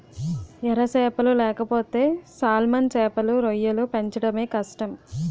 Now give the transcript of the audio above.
ఎర సేపలు లేకపోతే సాల్మన్ సేపలు, రొయ్యలు పెంచడమే కష్టం